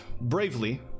bravely